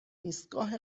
ایستگاه